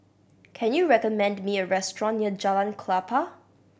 can you recommend me a restaurant near Jalan Klapa